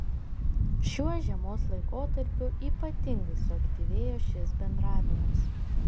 šiuo žiemos laikotarpiu ypatingai suaktyvėjo šis bendravimas